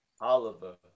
Oliver